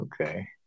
okay